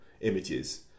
images